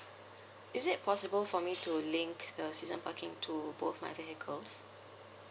is it possible for me to link the season parking to both my vehicles